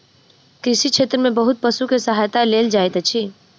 कृषि क्षेत्र में बहुत पशु के सहायता लेल जाइत अछि